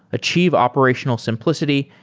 achieve operational simplicity,